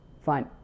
Fine